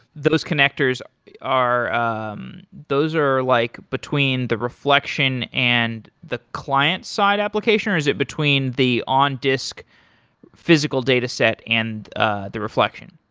those connectors are um those are like between the reflection and the client side application, or is it between the on-disk physical dataset and ah the reflection?